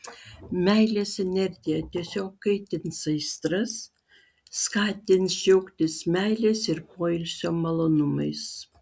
meilės energija tiesiog kaitins aistras skatins džiaugtis meilės ir poilsio malonumais